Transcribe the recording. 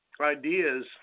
ideas